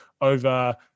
over